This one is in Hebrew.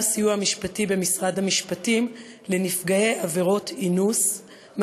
הסיוע המשפטי במשרד המשפטים לנפגעי עבירות אינוס,